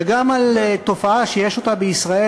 וגם על תופעה שיש בישראל,